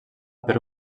per